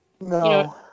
No